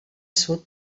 sud